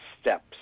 steps